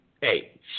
hey